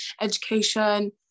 education